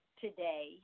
today